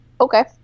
Okay